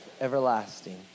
everlasting